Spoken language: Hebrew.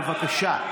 בבקשה.